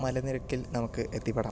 മലനിരക്കിൽ നമുക്ക് എത്തിപ്പെടാം